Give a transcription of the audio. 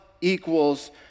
equals